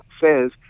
says